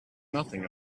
nothing